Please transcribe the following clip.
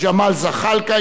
ג'מאל זחאלקה,